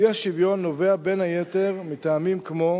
האי-שוויון נובע, בין היתר, מטעמים כמו